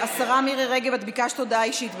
השרה מירי רגב, ביקשת הודעה אישית.